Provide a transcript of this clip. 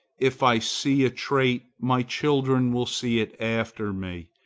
if i see a trait, my children will see it after me,